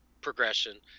progression